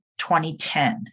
2010